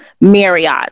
Marriott